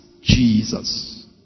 Jesus